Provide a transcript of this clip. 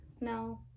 No